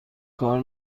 کار